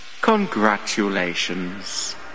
Congratulations